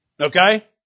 Okay